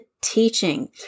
teaching